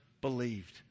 believed